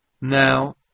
Now